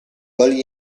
colli